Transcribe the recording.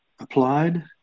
applied